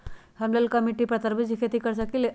हम लालका मिट्टी पर तरबूज के खेती कर सकीले?